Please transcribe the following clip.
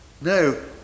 No